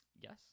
yes